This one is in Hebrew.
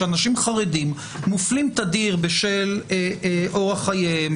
שאנשים חרדים מופלים תדיר בשל אורח חייהם,